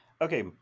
Okay